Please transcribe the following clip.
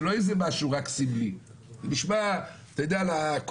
רק סמלי מה שקורה פה.